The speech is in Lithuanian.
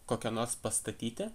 kokie nors pastatyti